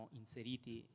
inseriti